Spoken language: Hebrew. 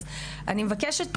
אז אני מבקשת,